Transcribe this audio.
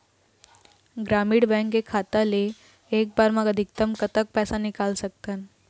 ग्रामीण बैंक के खाता ले एक बार मा अधिकतम कतक पैसा निकाल सकथन?